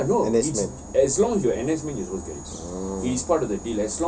N_S man oh